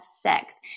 sex